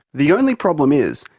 the only problem is,